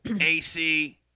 AC